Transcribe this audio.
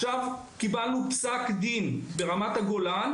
קיבלנו עכשיו פסק דין ברמת הגולן